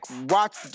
watch